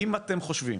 אם אתם חושבים